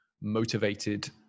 motivated